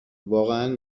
واقعا